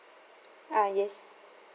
ah yes